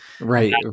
Right